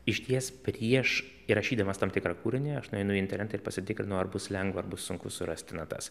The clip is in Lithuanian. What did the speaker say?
išties prieš įrašydamas tam tikrą kūrinį aš nueinu į internetą ir pasitikrinu ar bus lengva ar bus sunku surasti natas